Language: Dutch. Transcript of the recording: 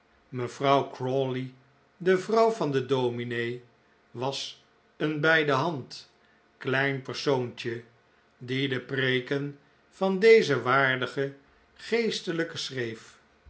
mevrouw crawley de vrouw van den dominee was een bijdehand klein persoontje die de preeken van dezen waardigen geestelijke schreef